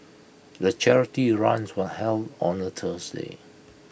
the charity runs was held on A Tuesday